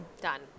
Done